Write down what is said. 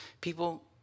People